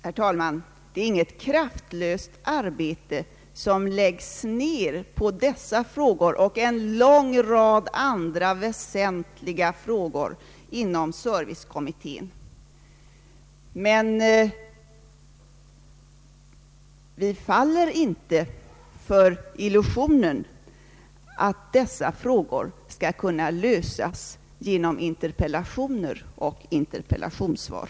Herr talman! Det är inget kraftlöst arbete som läggs ned på dessa frågor och en lång rad andra väsentliga frågor inom servicekommittén. Men vi faller inte för illusionen att dessa problem skall kunna lösas genom interpellationer och interpellationssvar.